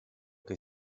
che